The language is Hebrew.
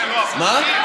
למה צריך את החוק לא אמרת.